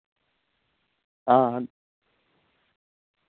हां